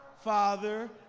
Father